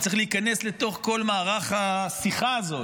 צריך להיכנס לתוך כל מערך השיחה הזאת,